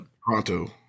Pronto